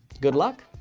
good luck!